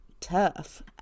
tough